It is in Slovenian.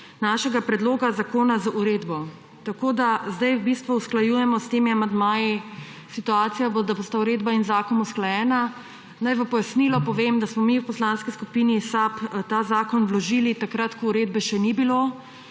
našega predloga zakona z uredbo. Tako da zdaj v bistvu usklajujemo s temi amandmaji, da bosta uredba in zakon usklajena. Naj v pojasnilo povem, da smo mi v Poslanski skupini SAB ta zakon vložili takrat, ko uredbe še ni bilo.